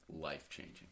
life-changing